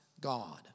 God